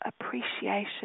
appreciation